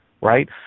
right